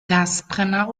gasbrenner